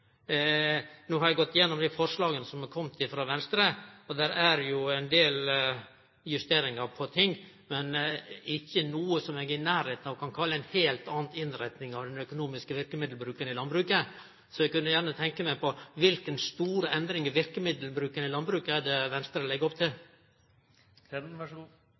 No har eg gått gjennom dei forslaga som er komne frå Venstre. Det er jo ein del justeringar på ting, men ikkje noko er i nærleiken av det ein kan kalla ei heilt anna innretning av den økonomiske verkemiddelbruken i landbruket. Kva for store endringar i verkemiddelbruken i landbruket er det Venstre legg opp til?